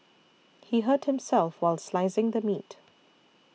he hurt himself while slicing the meat